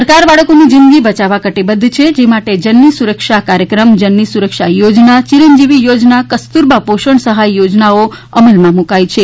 સરકાર બાળકોની જિંદગી બચાવવા કટિબદ્ધ છે જે માટે જનની સુરક્ષા કાર્યક્રમ જનની સુરક્ષા યોજના ચિરંજીવી યોજના કસ્તુરબા પોષણ સહાય યોજનાઓ અમલમાં મૂકી છે